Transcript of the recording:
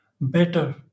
better